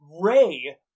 ray